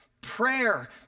Prayer